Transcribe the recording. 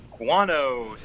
Guano